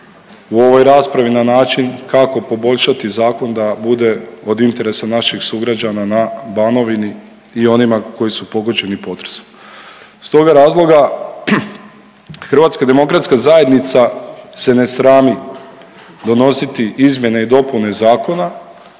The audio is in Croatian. u ovoj raspravi na način kako poboljšati zakon da bude od interesa naših sugrađana na Banovini i onima koji su pogođeni potresom. Iz toga razloga HDZ se ne srami donositi izmjene i dopune zakona